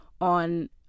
on